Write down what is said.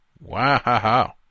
Wow